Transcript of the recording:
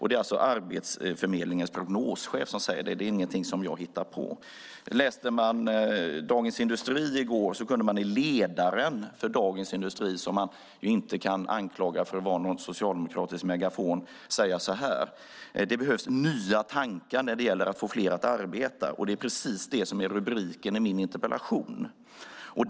Det är alltså Arbetsförmedlingens prognoschef som säger det - det är ingenting som jag hittar på. I går kunde man läsa i ledaren i Dagens Industri, som man inte kan anklaga för att vara en socialdemokratisk megafon: "Det behövs nya tankar när det gäller att få fler att arbeta mer." Det är precis det som är rubriken på min interpellation.